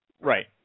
Right